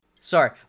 Sorry